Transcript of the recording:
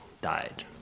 died